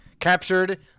captured